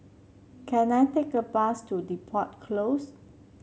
can I take a bus to Depot Close